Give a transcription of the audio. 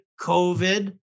COVID